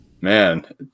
man